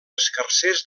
escarsers